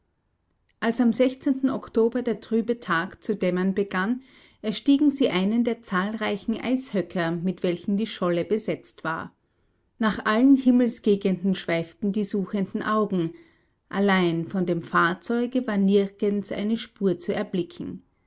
als am oktober der trübe tag zu dämmern begann erstiegen sie einen der zahlreichen eishöcker mit welchen die scholle besetzt war nach allen himmelsgegenden schweiften die suchenden augen allein von dem fahrzeuge war nirgends eine spur zu erblicken